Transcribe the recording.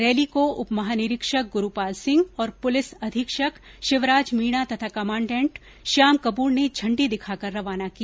rally को उप महानिरीक्षक गुरूपाल सिंह और पुलिस अधीक्षक शिवराज मीणा तथा कमाडेंट श्याम कपूर ने झंडी दिखाकर रवाना किया